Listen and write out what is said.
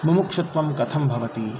मुमुक्षुत्वं कथं भवति